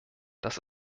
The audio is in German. dass